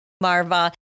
Marva